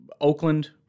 Oakland